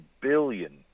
billion